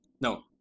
no